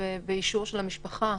ובאישור של המשפחה.